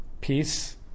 Peace